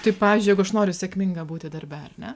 tai pavyzdžiui jeigu aš noriu sėkminga būti darbe ar ne